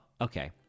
okay